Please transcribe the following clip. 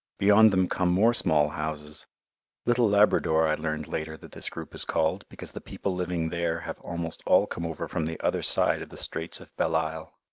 beyond them come more small houses little labrador i learned later that this group is called, because the people living there have almost all come over from the other side of the straits of belle isle.